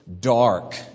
dark